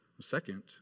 Second